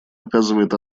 оказывает